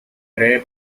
ray